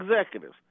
executives